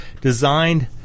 designed